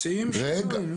מציעים שינוי.